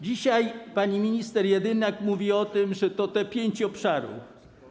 Dzisiaj pani minister Jedynak mówi o tym, że to jest pięć obszarów.